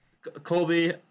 Colby